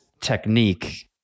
technique